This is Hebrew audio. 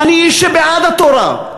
ואני איש שבעד התורה,